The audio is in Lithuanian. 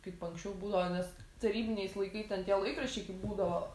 kaip anksčiau būdavo nes tarybiniais laikai ten tie laikraščiai kaip būdavo